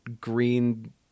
green